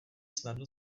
snadno